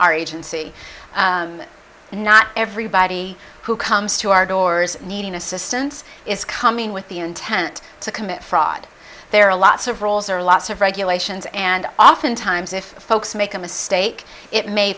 our agency and not everybody who comes to our doors needing assistance is coming with the intent to commit fraud there are lots of roles or lots of regulations and oftentimes if folks make a mistake it may